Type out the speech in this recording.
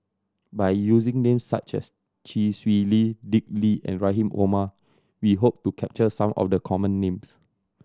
by using names such as Chee Swee Lee Dick Lee and Rahim Omar we hope to capture some of the common names